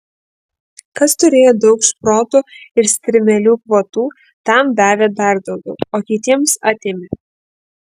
kas turėjo daug šprotų ir strimelių kvotų tam davė dar daugiau o kitiems atėmė